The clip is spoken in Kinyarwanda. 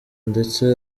ndetse